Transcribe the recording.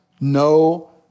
no